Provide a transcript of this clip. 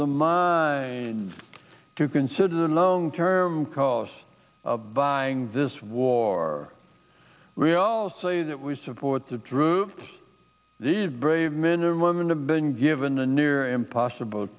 the mind to consider the long term cost of buying this war we all say that we support the troops these brave men and women have been given a near impossible